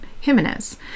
Jimenez